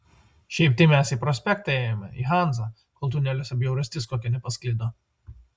šiaip tai mes į prospektą ėjome į hanzą kol tuneliuose bjaurastis kokia nepasklido